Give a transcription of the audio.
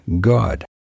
God